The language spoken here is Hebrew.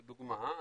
לדוגמה,